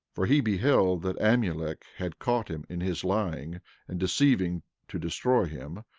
for he beheld that amulek had caught him in his lying and deceiving to destroy him,